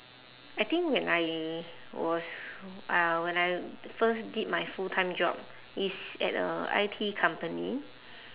I think when I was uh when I first did my full-time job it's at a I_T company